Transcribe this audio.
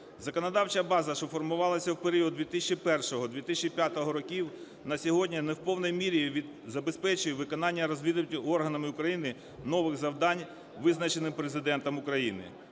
Законодавча база, що формувалася в період 2001-2005 років, на сьогодні не в повній мірі забезпечує виконання розвідувальними органами України нових завдань, визначених Президентом України.